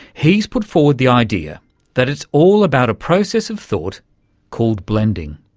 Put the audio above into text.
he's put forward the idea that it's all about a process of thought called blending.